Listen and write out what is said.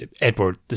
Edward